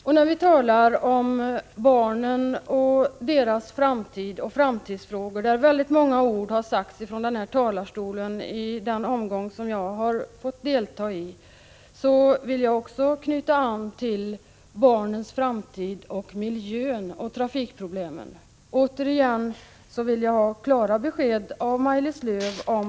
Det har talats många ord från denna talarstol om framtidsfrågor och om barnen och deras framtid, inte minst i den omgång som jag har fått delta i. Jag vill också knyta an till barnens framtid och miljön och trafikproblemen. Återigen vill jag ha klara besked av Maj-Lis Lööw.